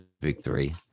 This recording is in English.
victory